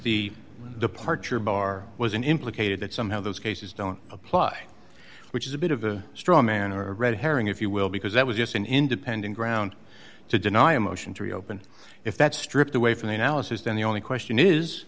the departure bar was an implicated that somehow those cases don't apply which is a bit of a straw man a red herring if you will because that was just an independent ground to deny a motion to reopen if that's stripped away from the analysis then the only question is